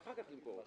ואחר כך למכור.